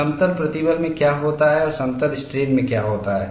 समतल प्रतिबल में क्या होता है और समतल स्ट्रेन में क्या होता है